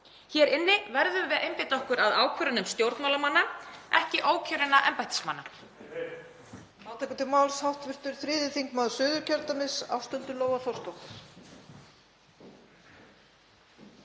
Hér inni verðum við að einbeita okkur að ákvörðunum stjórnmálamanna, ekki ókjörinna embættismanna.